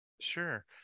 Sure